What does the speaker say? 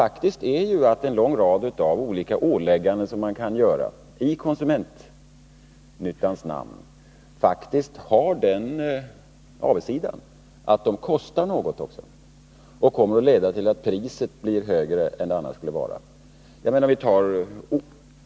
Det är ju så att en lång rad olika ålägganden i konsumentnyttans namn faktiskt har den avigsidan att de också kostar något och leder till ett högre pris än varan annars skulle ha haft.